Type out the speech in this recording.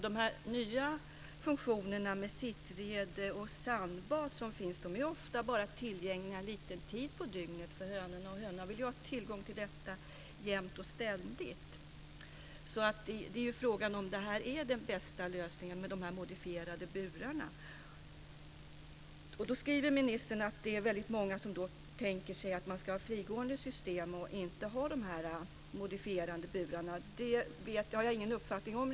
De nya funktioner med sittrede och sandbad som finns är ofta bara tillgängliga en kort tid på dygnet för hönorna, men de vill ha tillgång till detta jämt och ständigt. Frågan är alltså om den bästa lösningen är de här modifierade burarna. Ministern säger i svaret att det är väldigt många som tänker sig att man ska ha frigåendesystem, inte system med modifierade burar. Det har jag inte riktigt någon uppfattning om.